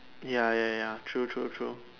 ya ya ya true true true